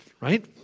Right